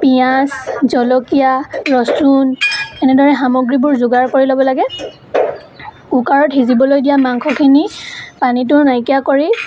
পিঁয়াজ জলকীয়া ৰচুন এনেদৰে সামগ্ৰীবোৰ যোগাৰ কৰি ল'ব লাগে কুকাৰত সিজিবলৈ দিয়া মাংসখিনিৰ পানীটো নাইকিয়া কৰি